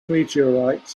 meteorites